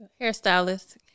hairstylist